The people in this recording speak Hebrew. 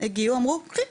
הגיעו אמרו לי בואי,